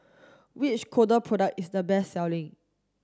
which Kordel product is the best selling